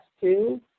two